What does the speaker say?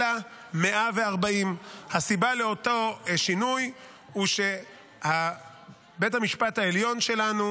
אלא 140. הסיבה לאותו שינוי היא שבית המשפט העליון שלנו